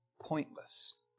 pointless